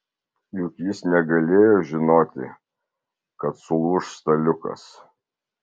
juk jis negalėjo žinoti kad sulūš staliukas